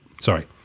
sorry